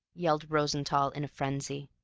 yelled rosenthall in a frenzy.